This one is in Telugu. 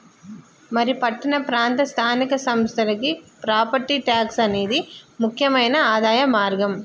మరి పట్టణ ప్రాంత స్థానిక సంస్థలకి ప్రాపట్టి ట్యాక్స్ అనేది ముక్యమైన ఆదాయ మార్గం